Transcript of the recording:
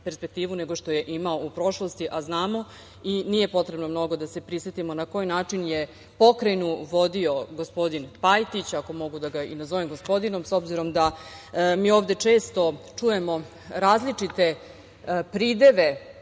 nego što je imao u prošlosti. Znamo i nije potrebno mnogo da se prisetimo na koji način je pokrajinu vodio gospodin Pajtić, ako mogu i da ga nazovem gospodinom, s obzirom da mi ovde često čujemo različite prideve